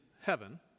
heaven